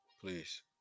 Please